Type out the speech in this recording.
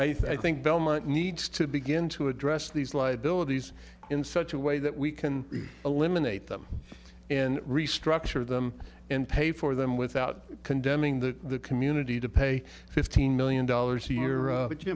i think belmont needs to begin to address these liabilities in such a way that we can eliminate them and restructure them and pay for them without condemning the community to pay fifteen million dollars a year